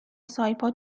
سایپا